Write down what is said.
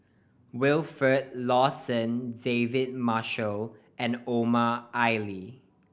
Wilfed Lawson David Marshall and Omar Ali